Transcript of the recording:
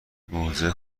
موزه